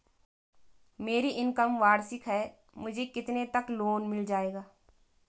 मेरी इनकम वार्षिक है मुझे कितने तक लोन मिल जाएगा?